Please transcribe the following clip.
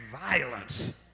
violence